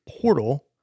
portal